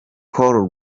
call